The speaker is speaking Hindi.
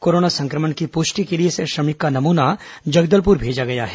कोरोना संक्रमण की पुष्टि के लिए इस श्रमिक का नमूना जगदलपुर भेजा गया है